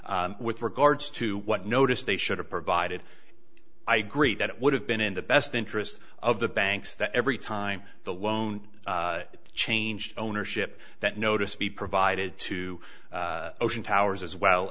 bank with regards to what notice they should have provided i agree that it would have been in the best interest of the banks that every time the loan changed ownership that notice be provided to ocean towers as well